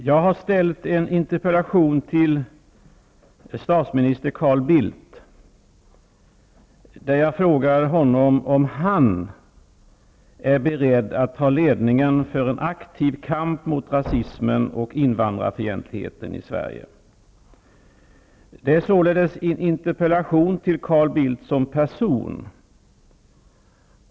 Jag har ställt en interpellation till statsminister Carl Bildt, där jag frågar honom om ''han är beredd att ta ledningen för en aktiv kamp mot rasism och invandrarfientligheten i Sverige''. Det är således en interpellation till Carl Bildt som person.